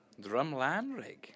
Drumlandrig